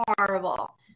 horrible